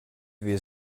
wir